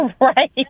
Right